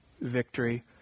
victory